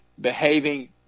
Behaving